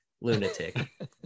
lunatic